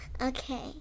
Okay